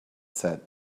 said